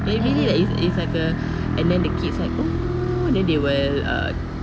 like it's usually it's it's like uh and then the kids will like orh then they will uh